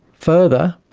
further,